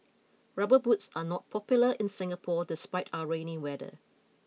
rubber boots are not popular in Singapore despite our rainy weather